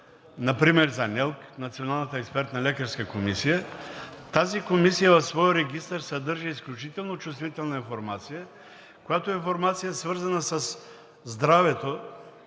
например за НЕЛК – Националната експертна лекарска комисия, тази комисия в своя регистър съдържа изключително чувствителна информация, която информация е свързана със здравето